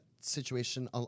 situation